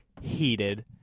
heated